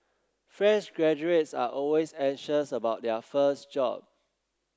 fresh graduates are always anxious about their first job